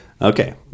Okay